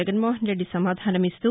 జగన్మోహన్ రెడ్డి సమాధానమిస్తూ